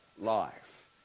life